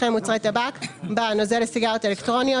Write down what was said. אחרי "מוצרי טבק" בא "נוזל לסיגריות אלקטרוניות,